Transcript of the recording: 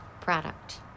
product